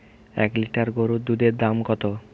এক লিটার গোরুর দুধের দাম কত?